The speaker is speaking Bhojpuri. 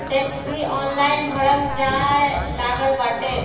टेक्स भी ऑनलाइन भरल जाए लागल बाटे